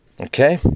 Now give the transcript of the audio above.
okay